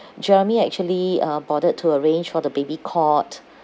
jeremy actually uh bothered to arrange for the baby cot